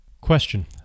question